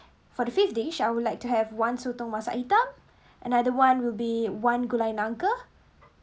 for the fifth dish I would like to have one sotong masak hitam another one will be one gulai nangka